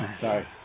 Sorry